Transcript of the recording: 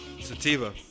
Sativa